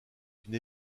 une